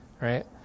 right